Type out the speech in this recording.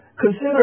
Consider